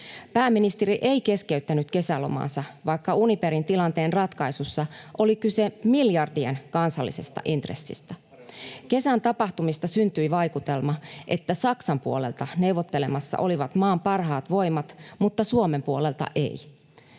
Pääministeri ei keskeyttänyt kesälomaansa, vaikka Uniperin tilanteen ratkaisussa oli kyse miljardien kansallisesta intressistä. Kesän tapahtumista syntyi vaikutelma, että Saksan puolelta neuvottelemassa olivat maan parhaat voimat, mutta Suomen puolelta ei.